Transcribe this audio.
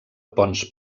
pons